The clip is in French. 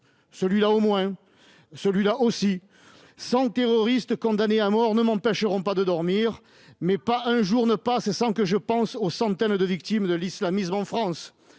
celui-là au moins, celui-là aussi -: cent terroristes condamnés à mort ne m'empêcheront pas de dormir ; mais pas un jour ne passe sans que je pense aux centaines de victimes de l'islamisme en France.